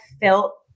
felt